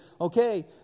okay